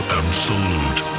absolute